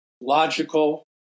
logical